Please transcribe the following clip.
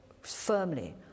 firmly